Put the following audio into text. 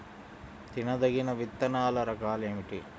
తినదగిన విత్తనాల రకాలు ఏమిటి?